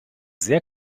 sehr